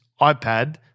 iPad